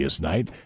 night